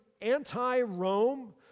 anti-Rome